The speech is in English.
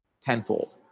tenfold